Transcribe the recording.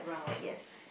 yes